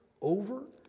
over